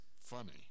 funny